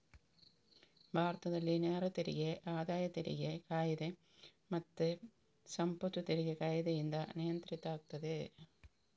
ಭಾರತದಲ್ಲಿ ನೇರ ತೆರಿಗೆ ಆದಾಯ ತೆರಿಗೆ ಕಾಯಿದೆ ಮತ್ತೆ ಸಂಪತ್ತು ತೆರಿಗೆ ಕಾಯಿದೆಯಿಂದ ನಿಯಂತ್ರಿತ ಆಗ್ತದೆ